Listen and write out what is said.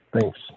Thanks